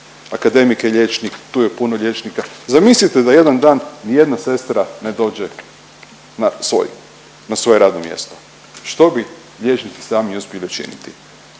akademik je liječnik, tu je puno liječnika, zamislite da jedan dan nijedna sestra ne dođe na svoj, na svoje radno mjesto. Što bi liječnici sami uspjeli učiniti?